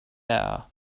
air